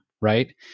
right